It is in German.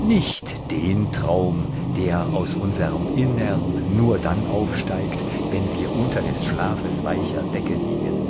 nicht den traum der aus unserm innern nur dann aufsteigt wenn wir unter des schlafes weicher decke liegen